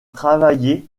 travaillé